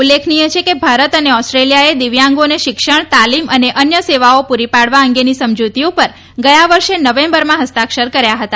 ઉલ્લેખનિયછે કે ભારત અને ઓસ્ટ્રેલિયાએ દિવ્યાંગોને શિક્ષણ તાલીમ અને અન્ય સેવાઓ પૂરી પાડવા અંગેની સમજૂતી ઉપર ગયા વર્ષે નવેમ્બરમાં ફસ્તાક્ષર કર્યા હતા